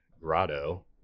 grotto